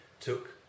took